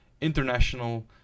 international